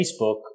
Facebook